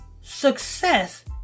success